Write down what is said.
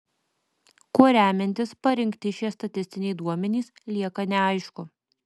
kuo remiantis parinkti šie statistiniai duomenys lieka neaišku